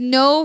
no